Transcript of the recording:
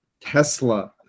Tesla